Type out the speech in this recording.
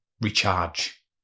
Recharge